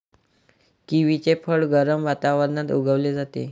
किवीचे फळ गरम वातावरणात उगवले जाते